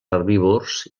herbívors